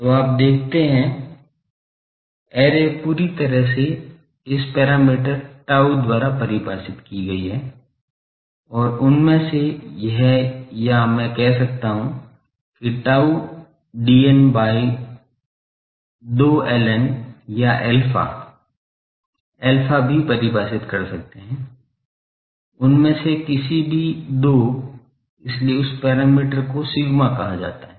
तो आप देखते हैं ऐरे पूरी तरह से इस पैरामीटर tau द्वारा परिभाषित की गई है और इनमें से एक या मैं कह सकता हूं कि tau dn by 2 ln या alpha अल्फा भी परिभाषित कर सकते हैं उनमें से किसी भी दो इसलिए इस पैरामीटर को sigma कहा जाता है